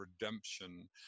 redemption